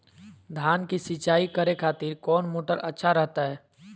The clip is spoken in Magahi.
धान की सिंचाई करे खातिर कौन मोटर अच्छा रहतय?